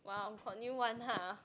!wow! got new one har